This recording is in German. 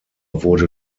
wurde